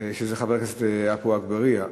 שזה חבר הכנסת עפו אגבאריה.